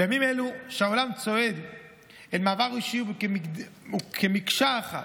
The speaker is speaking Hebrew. בימים אלו, כשהעולם צועד אל עבר האישי כמקשה אחת,